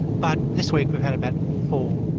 but this week we had about four,